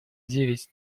девять